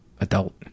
adult